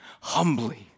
humbly